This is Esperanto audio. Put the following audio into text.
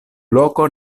loko